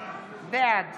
בעד